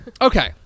Okay